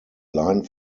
line